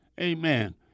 Amen